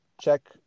check